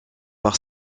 par